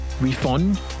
refund